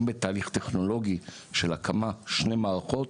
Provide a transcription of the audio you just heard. בתהליך טכנולוגי של הקמת שני מערכות,